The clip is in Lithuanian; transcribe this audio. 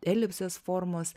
elipsės formos